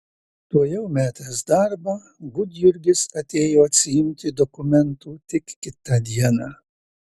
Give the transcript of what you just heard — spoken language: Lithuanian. tuojau metęs darbą gudjurgis atėjo atsiimti dokumentų tik kitą dieną